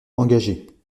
engagée